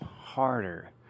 harder